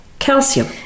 Calcium